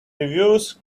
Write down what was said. reviews